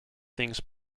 things